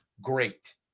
great